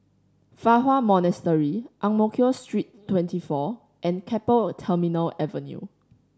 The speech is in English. Fa Hua Monastery Ang Mo Kio Street Twenty Four and Keppel Terminal Avenue